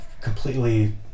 completely